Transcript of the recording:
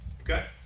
Okay